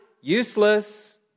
useless